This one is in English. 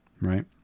right